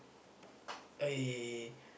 I